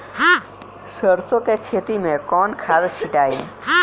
सरसो के खेती मे कौन खाद छिटाला?